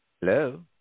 Hello